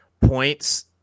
Points